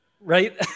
right